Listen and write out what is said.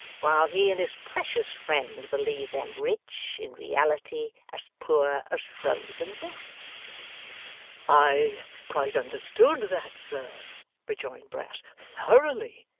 while he and his precious friend believed them rich, in reality as poor as frozen rats i quite understood that, sir rejoined brass. thoroughly.